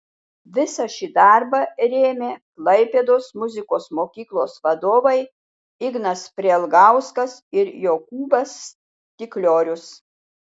visą šį darbą rėmė klaipėdos muzikos mokyklos vadovai ignas prielgauskas ir jokūbas stikliorius